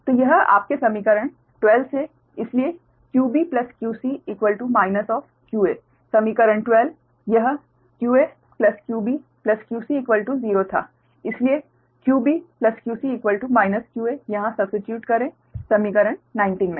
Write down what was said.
तो यह आपके समीकरण 12 से इसलिए qb qc qa समीकरण 12 यह qa qb qc0 था इसलिए qb qc qa यहाँ सब्स्टीट्यूड करे समीकरण 19 में